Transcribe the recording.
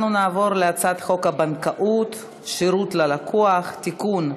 נעבור להצעת חוק הבנקאות (שירות ללקוח) (תיקון,